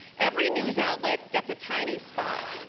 every news outlet gets a tiny spot.